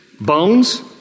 bones